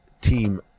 team